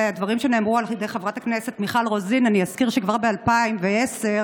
שאמרה חברת הכנסת מיכל רוזין אני רק אזכיר שכבר בשנת 2010